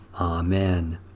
Amen